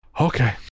Okay